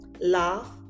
Laugh